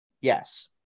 Yes